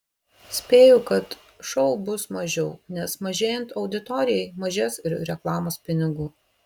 spėju kad šou bus mažiau nes mažėjant auditorijai mažės ir reklamos pinigų